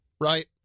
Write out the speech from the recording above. right